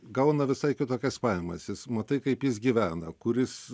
gauna visai kitokias pajamas jis matai kaip jis gyvena kur jis